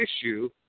issue